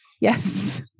Yes